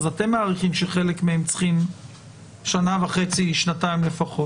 אז אתם מעריכים שחלק מהם צריכים שנה וחצי-שנתיים לפחות,